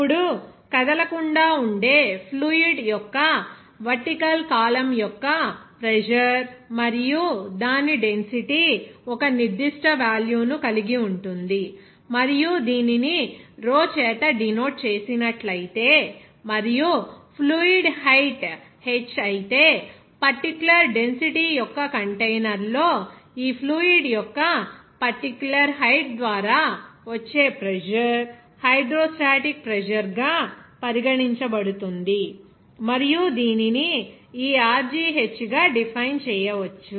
ఇప్పుడు కదలకుండా ఉండే ఫ్లూయిడ్ యొక్క వెర్టికల్ కాలమ్ యొక్క ప్రెజర్ మరియు దాని డెన్సిటీ ఒక నిర్దిష్ట వేల్యూ ను కలిగి ఉంటుంది మరియు దీనిని రో చేత డినోట్ చేసినట్లైతే మరియు ఫ్లూయిడ్ హైట్ h అయితే పర్టిక్యులర్ డెన్సిటీ యొక్క కంటైనర్లో ఈ ఫ్లూయిడ్ యొక్క ఈ పర్టిక్యులర్ హైట్ ద్వారా వచ్చే ప్రెజర్ హైడ్రో స్టాటిక్ ప్రెజర్ గా పరిగణించబడుతుంది మరియు దీనిని ఈ rgh గా డిఫైన్ చేయవచ్చు